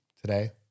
today